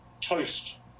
Toast